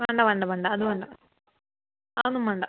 വേണ്ട വേണ്ട വേണ്ട അത് വേണ്ട അത് ഒന്നും വേണ്ട